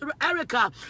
Erica